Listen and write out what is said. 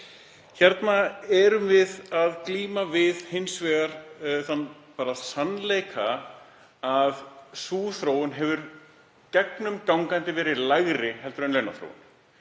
Hérna erum við að glíma við hins vegar þann sannleika að sú þróun hefur gegnumgangandi verið lægri en launaþróun